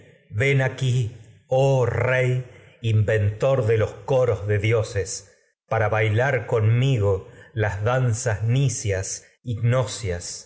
ven el mar aquí oh rey inventor de los coros de dioses para lar bai conmigo las enseñaste danzas nisias